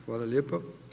Hvala lijepa.